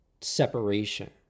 separation